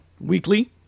weekly